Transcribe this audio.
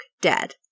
dead